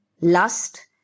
Lust